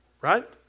right